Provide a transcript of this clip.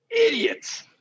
Idiots